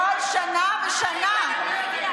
כל שנה בשנה.